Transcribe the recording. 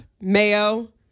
Mayo